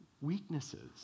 weaknesses